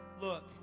Look